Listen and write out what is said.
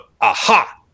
aha